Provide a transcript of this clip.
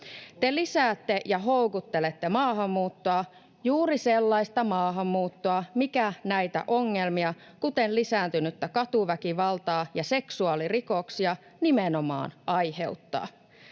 Te lisäätte ja houkuttelette maahanmuuttoa, juuri sellaista maahanmuuttoa, mikä näitä ongelmia, kuten lisääntynyttä katuväkivaltaa ja seksuaalirikoksia, nimenomaan aiheuttaa.